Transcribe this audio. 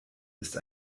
ist